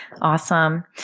Awesome